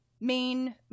main